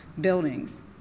buildings